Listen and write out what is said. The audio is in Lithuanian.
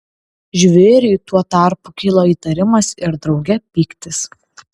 žvėriui tuo tarpu kilo įtarimas ir drauge pyktis